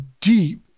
deep